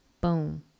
Boom